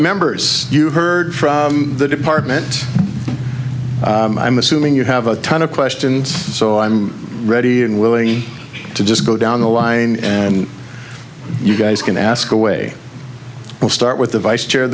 members you heard from the department i'm assuming you have a ton of questions so i'm ready and willing to just go down the line and you guys can ask away we'll start with the vice chair